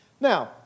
Now